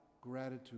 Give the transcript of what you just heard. Gratitude